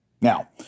Now